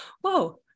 Whoa